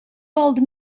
old